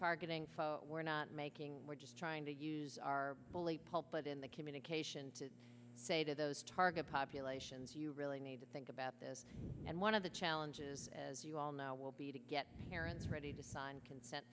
targeting we're not making we're just trying to use our bully pulpit in the communication to say to those target populations you really need to think about this and one of the challenges as you all now will be to get parents ready to sign consent